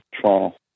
Toronto